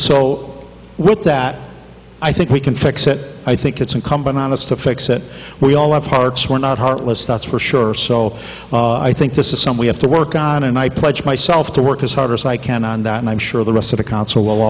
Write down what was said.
so with that i think we can fix it i think it's incumbent on us to fix it we all have parts we're not heartless that's for sure so i think this is some we have to work on and i pledge myself to work as hard as i can on that and i'm sure the rest of the council